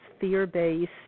fear-based